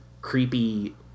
creepy